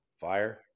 Fire